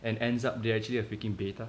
and ends up they're actually a freaking beta